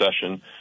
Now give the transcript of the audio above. session